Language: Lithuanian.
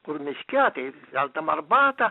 kur miške tai verdamam arbatą